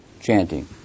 chanting